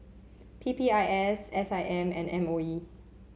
P P I S S I M and M O E